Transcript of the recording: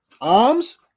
arms